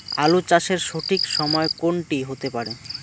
আলু চাষের সঠিক সময় কোন টি হতে পারে?